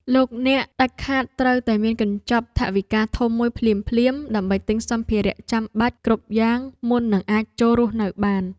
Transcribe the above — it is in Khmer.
លោកអ្នកដាច់ខាតត្រូវតែមានកញ្ចប់ថវិកាធំមួយភ្លាមៗដើម្បីទិញសម្ភារៈចាំបាច់គ្រប់យ៉ាងមុននឹងអាចចូលរស់នៅបាន។